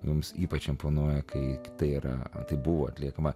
mums ypač imponuoja kaip tai yra tai buvo atliekama